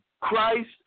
Christ